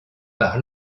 par